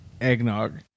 eggnog